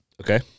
Okay